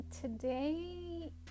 Today